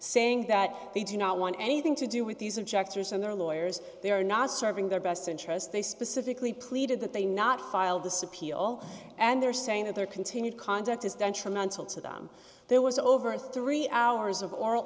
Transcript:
saying that they do not want anything to do with these objectors and their lawyers they are not serving their best interest they specifically pleaded that they not file this appeal and they're saying that their continued conduct is detrimental to them there was over three hours of oral